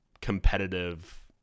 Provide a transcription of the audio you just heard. competitive